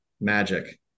Magic